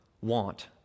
want